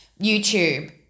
YouTube